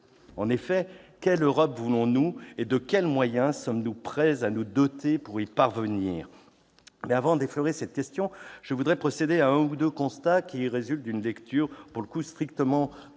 article : quelle Europe voulons-nous et de quels moyens sommes-nous prêts à nous doter pour y parvenir ? Mais, avant d'effleurer cette question, je voudrais procéder à un ou deux constats, qui résultent de la lecture strictement comptable